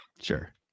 Sure